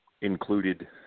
included